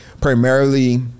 primarily